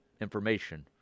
information